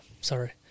sorry